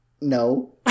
No